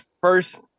first